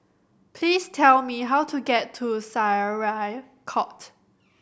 please tell me how to get to Syariah Court